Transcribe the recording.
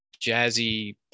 jazzy